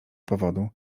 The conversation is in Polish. powodu